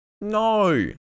no